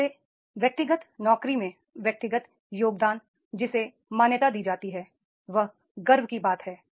जैसे व्यक्तिगत नौकरी में व्यक्तिगत योगदान जिसे मान्यता दी जाती है वह गर्व की बात है